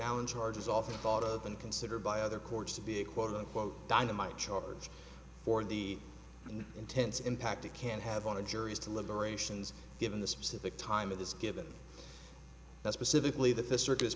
allen charge is often thought of and considered by other courts to be a quote unquote dynamite charge for the intense impact it can have on the jury's deliberations given the specific time of this given that specifically that the circus